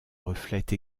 reflète